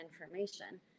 information